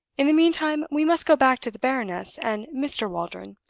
in the meantime, we must go back to the baroness and mr. waldron.